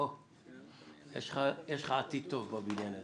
יש לך עתיד טוב בבניין הזה.